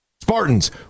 spartans